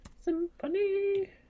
Symphony